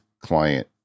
client